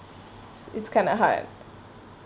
it kinda hard